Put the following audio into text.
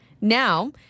Now